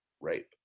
rape